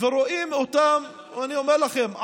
ורואים את אותם עשרות,